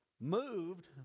moved